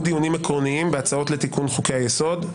דיונים עקרוניים בהצעות לתיקון חוקי היסוד,